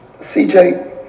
CJ